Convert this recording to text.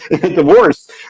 divorce